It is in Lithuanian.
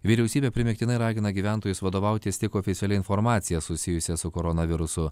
vyriausybė primygtinai ragina gyventojus vadovautis tik oficialia informacija susijusia su koronavirusu